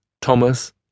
Thomas